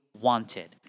wanted